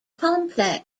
complex